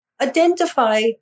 Identify